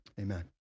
amen